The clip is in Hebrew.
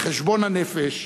בחשבון הנפש,